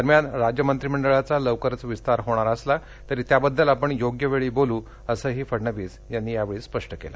दरम्यान राज्यमंत्रीमंडळाचा लवकरच विस्तार होणार असला तरी त्याबद्दल आपण योग्य वेळी बोलू असंही फडणवीस यांनी यावेळी स्पष्ट केलं